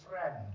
Friend